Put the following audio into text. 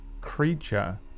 creature